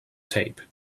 tape